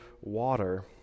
water